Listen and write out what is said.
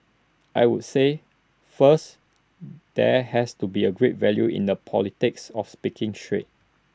I would say first there has to be A great value in the politics of speaking straight